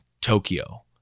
Tokyo